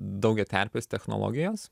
daugiaterpės technologijos